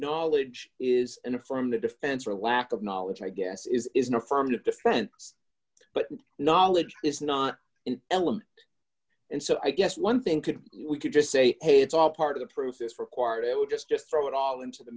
knowledge is and from the defense or lack of knowledge i guess is an affirmative defense but knowledge is not in element and so i guess one thing could we could just say hey it's all part of the process required it would just just throw it all into the